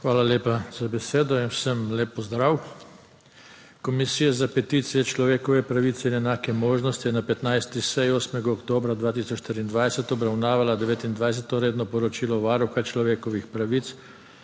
Hvala lepa za besedo in vsem lep pozdrav. Komisija za peticije, človekove pravice in enake možnosti je na 15. seji 8. oktobra 2023 obravnavala Devetindvajseto redno Poročilo Varuha človekovih pravic